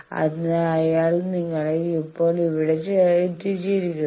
അതിനാൽ അയാൾ നിങ്ങളെ ഇപ്പോൾ ഇവിടെ എത്തിച്ചിരിക്കുന്നു